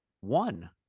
one